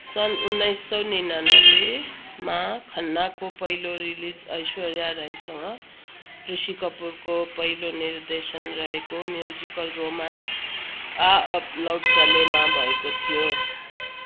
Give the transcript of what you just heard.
सन् उन्नाइसौ निननब्बेमा खन्नाको पहिलो रिलिज ऐश्वर्या रायसँग ऋषि कपुरको पहिलो निर्देशन रहेको म्युजिकल रोमान्स आ अब लौट चलेमा भएको थियो